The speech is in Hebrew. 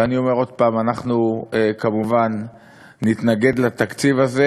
ואני אומר עוד פעם: אנחנו כמובן נתנגד לתקציב הזה,